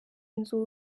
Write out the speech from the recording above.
inzu